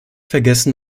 vergessen